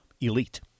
Elite